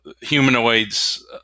humanoids